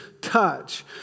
touch